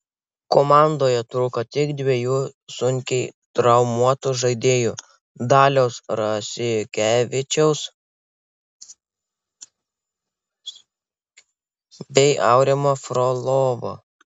komandoje trūko tik dviejų sunkiai traumuotų žaidėjų daliaus rasikevičiaus bei aurimo frolovo